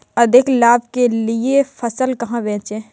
अधिक लाभ के लिए फसल कहाँ बेचें?